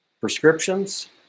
prescriptions